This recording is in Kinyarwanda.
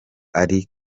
ari